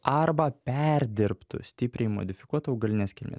arba perdirbtų stipriai modifikuotų augalinės kilmės